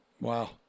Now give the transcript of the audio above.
Wow